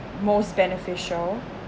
most beneficial